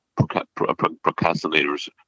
procrastinators